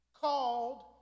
called